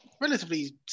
relatively